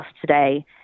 today